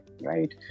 right